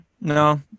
no